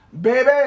Baby